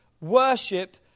worship